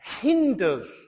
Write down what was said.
hinders